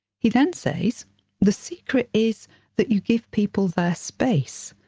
he then says the secret is that you give people their space.